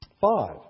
Five